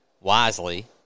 wisely